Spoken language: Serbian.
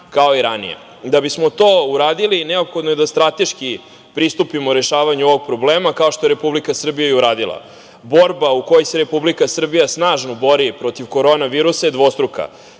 Da bismo to uradili, neophodno je da strateški pristupimo rešavanju ovog problema kao što je Republika Srbija i uradila. Borba u kojoj se Republika Srbija snažno bori protiv korona virusa je dvostruka.